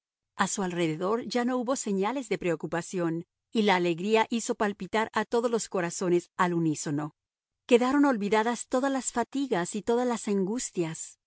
a su alrededor ya no hubo señales de preocupación y la alegría hizo palpitar a todos los corazones al unísono quedaron olvidadas todas las fatigas y todas las angustias